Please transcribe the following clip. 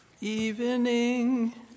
Evening